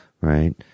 right